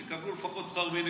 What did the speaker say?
שיקבלו לפחות שכר מינימום.